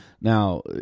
Now—